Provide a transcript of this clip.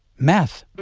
math